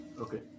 Okay